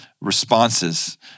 responses